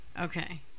Okay